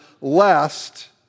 lest